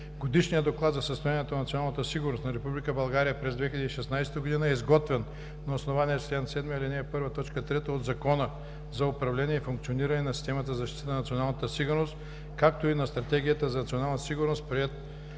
Годишният доклад за състоянието на националната сигурност на Република България през 2016 г. е изготвен на основание чл. 7, ал. 1, т. 3 от Закона за управление и функциониране на системата за защита на националната сигурност, както и на Стратегията за национална сигурност. Приет